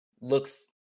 looks